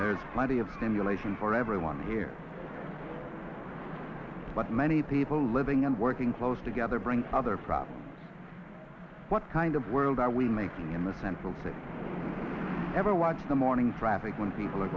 there's plenty of stimulation for everyone here but many people living and working close together bring other problems what kind of world we making in the central city never watch the morning frantic when people are